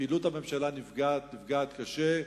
פעילות הממשלה נפגעת, נפגעת קשה.